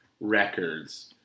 records